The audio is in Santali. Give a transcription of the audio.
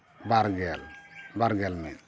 ᱵᱟᱨ ᱜᱮᱞ ᱵᱟᱨ ᱜᱮᱞ ᱢᱤᱫ